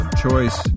choice